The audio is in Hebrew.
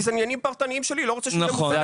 אלה עניינים פרטניים שלי ואני לא רוצה שהם